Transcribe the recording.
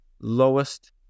lowest